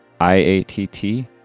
IATT